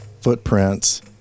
footprints